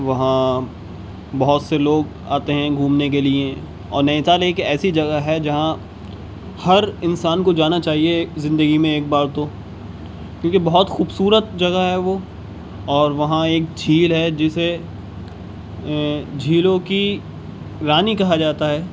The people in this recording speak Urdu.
وہاں بہت سے لوگ آتے ہیں گھومنے کے لیے اور نینی تال ایک ایسی جگہ ہے جہاں ہر انسان کو جانا چاہیے زندگی میں ایک بار تو کیونکہ بہت خوبصورت جگہ ہے وہ اور وہاں ایک جھیل ہے جسے جھیلوں کی رانی کہا جاتا ہے